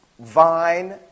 vine